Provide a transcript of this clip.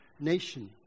nation